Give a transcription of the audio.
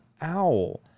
Owl